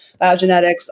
biogenetics